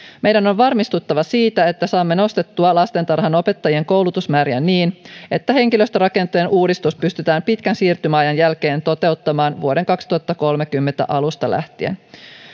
meidän on varmistuttava siitä että saamme nostettua lastentarhanopettajien koulutusmääriä niin että henkilöstörakenteen uudistus pystytään pitkän siirtymäajan jälkeen toteuttamaan vuoden kaksituhattakolmekymmentä alusta lähtien